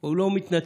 או לא מתנצלים